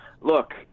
look